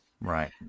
Right